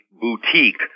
boutique